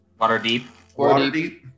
Waterdeep